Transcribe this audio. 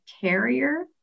carrier